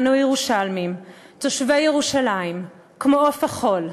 אנו הירושלמים, תושבי ירושלים, כמו עוף החול,